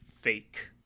fake